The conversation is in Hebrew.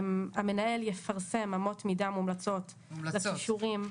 המנהל יפרסם אמות מידה מומלצות לכישורים,